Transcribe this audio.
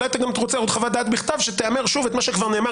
אולי אתה רוצה עוד חוות דעת בכתב שתאמר שוב את מה שכבר נאמר